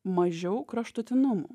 mažiau kraštutinumų